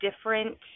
different